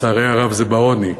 לצערי הרב זה בעוני.